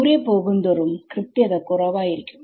ദൂരെ പോകുന്തോറും കൃത്യത കുറവായിരിക്കും